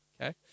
Okay